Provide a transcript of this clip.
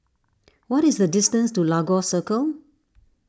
what is the distance to Lagos Circle